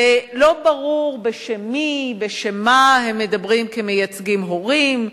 ולא ברור בשם מי ובשם מה הם מדברים כמייצגים הורים.